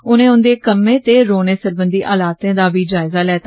उनें उन्दे कम्म ते रौहने सरबंधी हलातें दा बी जायजा लैता